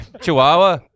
Chihuahua